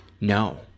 No